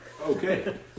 okay